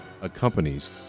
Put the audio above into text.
accompanies